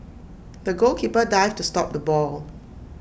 the goalkeeper dived to stop the ball